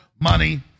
money